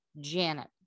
Janet